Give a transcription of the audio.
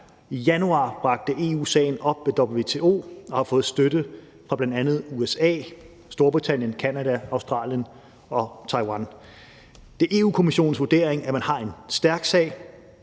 i januar bragte EU sagen op ved WTO og fik støtte fra bl.a. USA, Storbritannien, Canada, Australien og Taiwan. Det er Europa-Kommissionens vurdering, at man har en stærk sag,